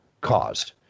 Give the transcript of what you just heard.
caused